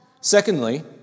Secondly